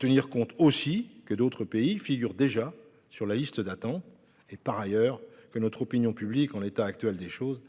tenir compte du fait que d'autres pays figurent déjà sur la liste d'attente et que notre opinion publique, en l'état actuel des choses,